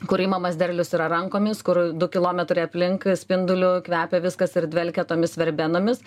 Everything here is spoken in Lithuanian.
kur imamas derlius yra rankomis kur du kilometrai aplink spinduliu kvepia viskas ir dvelkia tomis verbenomis